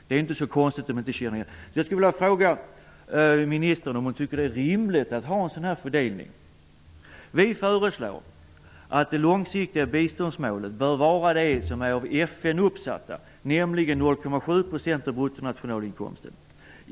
Det är inte så konstigt att han inte känner igen detta. Jag skulle också vilja fråga utrikesministern om hon tycker att det är rimligt att ha en sådan fördelning. Vi föreslår att det långsiktiga biståndsmålet bör vara det som är uppsatt av FN, nämligen 0,7 % av bruttonationalinkomsten.